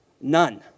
None